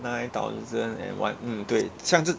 nine thousand and one mm 对像这